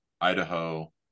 Idaho